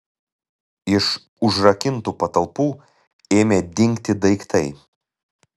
iš užrakintų patalpų ėmė dingti daiktai